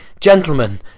Gentlemen